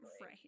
Right